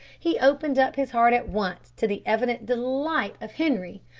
he opened up his heart at once, to the evident delight of henri,